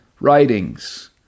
writings